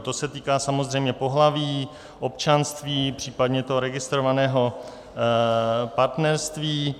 To se týká samozřejmě pohlaví, občanství, případně toho registrovaného partnerství.